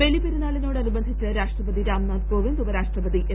ബലിപ്പെരുന്നാളിനോട അനുബന്ധിച്ച് രാഷ്ട്രപതി രാം നാഥ് കോവിന്ദ് ഉപരാഷ്ട്രപതി എം